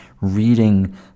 reading